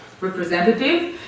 representative